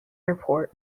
airport